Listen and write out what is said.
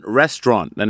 restaurant